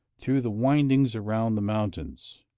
through the windings around the mountains.